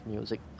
Music